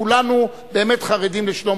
כולנו באמת חרדים לגבי שלום